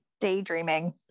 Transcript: daydreaming